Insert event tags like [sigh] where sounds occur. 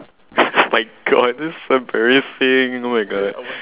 [laughs] oh my god this is so embarrassing oh my god